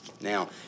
Now